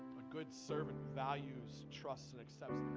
good servant values trusts annex sets